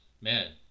man